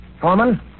Foreman